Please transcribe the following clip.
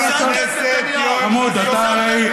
אתה מתנהג בצורה לא מכובדת.